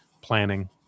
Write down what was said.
planning